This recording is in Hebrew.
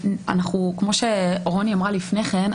כמו שרוני אמרה לפני כן,